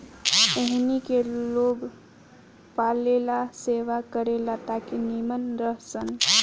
एहनी के लोग पालेला सेवा करे ला ताकि नीमन रह सन